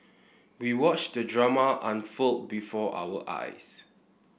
we watched the drama unfold before our eyes